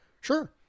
Sure